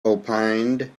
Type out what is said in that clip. opined